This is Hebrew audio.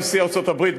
נשיא ארצות-הברית,